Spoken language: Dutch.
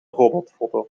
robotfoto